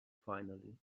finally